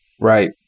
right